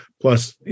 Plus